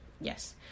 yes